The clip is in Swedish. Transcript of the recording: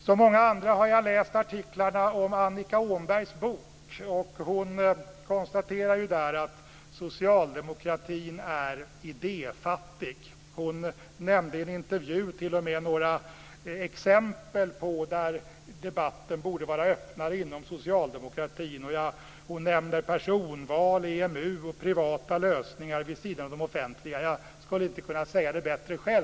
Som många andra har jag läst artiklarna om Annika Åhnbergs bok. Hon konstaterar där att socialdemokratin är idéfattig. I en intervju nämnde hon t.o.m. några exempel på områden där debatten borde vara öppnare inom socialdemokratin. Hon nämnde personval, EMU och privata lösningar vid sidan av de offentliga. Jag skulle inte ha kunnat säga det bättre själv.